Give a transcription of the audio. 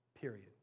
period